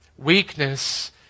Weakness